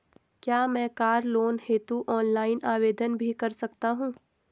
क्या मैं car loan हेतु ऑनलाइन आवेदन भी कर सकता हूँ?